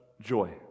joy